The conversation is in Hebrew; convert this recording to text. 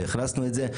והכנסנו את זה.